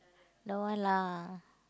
don't want lah